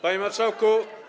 Panie Marszałku!